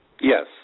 Yes